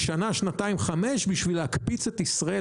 לשנה-שנתיים-חמש בשביל להקפיץ את ישראל